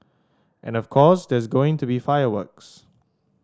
and of course there's going to be fireworks